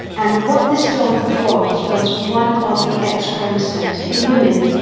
and what this dot was, was one of the x chromosomes. in women,